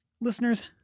Listeners